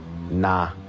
nah